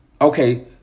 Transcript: Okay